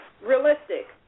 realistic